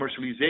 commercialization